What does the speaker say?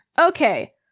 okay